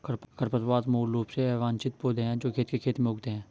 खरपतवार मूल रूप से अवांछित पौधे हैं जो खेत के खेत में उगते हैं